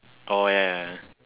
oh ya ya ya